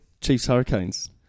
Chiefs-Hurricanes